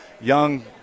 Young